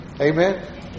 Amen